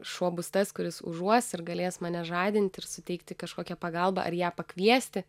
šuo bus tas kuris užuos ir galės mane žadinti ir suteikti kažkokią pagalbą ar ją pakviesti